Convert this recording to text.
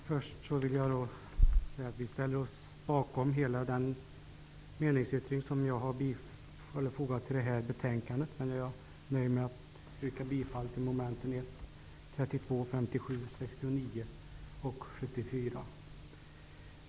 Herr talman! Vänsterpartiet ställer sig bakom hela den meningsyttring som jag har fogat till betänkandet, men jag nöjer mig med att yrka bifall till hemställan i min meningsyttring under momenten 1, 32, 57, 69 och 74.